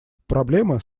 проблемы